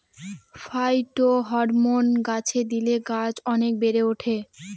phytohormone গাছে দিলে গাছ অনেক বেড়ে ওঠে